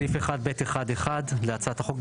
סעיף 1(ב1)(1) להצעת החוק,